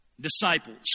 disciples